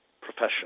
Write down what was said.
profession